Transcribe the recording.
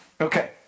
Okay